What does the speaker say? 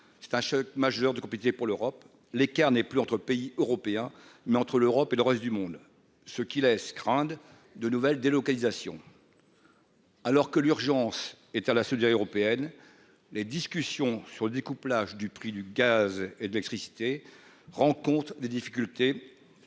c'est un choc majeur de comité pour l'Europe, l'écart n'est plus entre pays européens mais entre l'Europe et le reste du monde, ce qui laisse craindre de nouvelles délocalisations. Alors que l'urgence est à la soudure européenne les discussions sur le découplage du prix du gaz et d'électricité, rencontre des difficultés